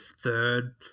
third